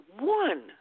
one